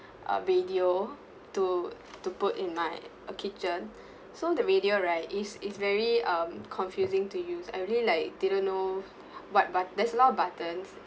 a radio to to put in my kitchen so the radio right is is very um confusing to use I really like didn't know what but~ there's a lot of buttons